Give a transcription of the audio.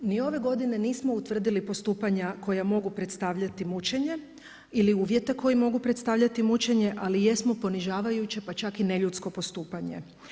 Ni ove godine nismo utvrdili postupanja koja mogu predstavljati mučenje ili uvjete koje mogu predstavljati mučenje, ali jesmo ponižavajuće, pa čak i neljudsko postupanje.